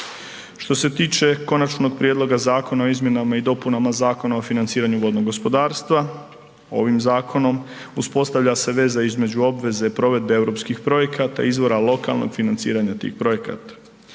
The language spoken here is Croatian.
Što se tiče Konačnog prijedloga Zakona o izmjenama i dopunama Zakona o financiranju vodnog gospodarstva, ovim zakonom uspostavlja se veza između obveze provedbe europskih projekata, izvora lokalnog financiranja tih projekata.